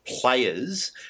players